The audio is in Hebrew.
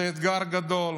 זה אתגר גדול,